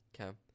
okay